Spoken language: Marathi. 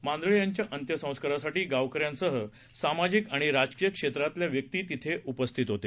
मांदळेयांच्याअंत्यसंस्कारासाठीगावकऱ्यांसहसामाजिकआणिराजकीयक्षेत्रातल्याव्यक्तीउपस्थितहोते